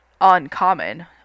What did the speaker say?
uncommon